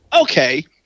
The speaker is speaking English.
Okay